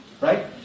right